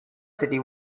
city